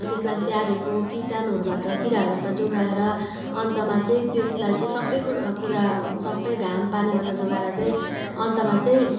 त्यसलाई स्याहारेको किटाणुहरुबाट किराहरूबाट जोगाएर अन्तमा चाहिँ त्यसलाई चाहिँ सबै कुरा सबै घाम पानीबाट जोगाएर चाहिँ अन्तमा चाहिँ